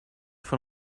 von